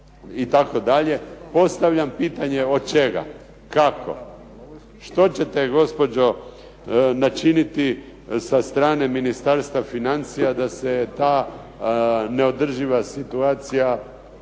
buke itd. Postavljam pitanje od čega? Kako? Što ćete gospođo načiniti sa strane Ministarstva financija da se ta neodrživa situacija prekine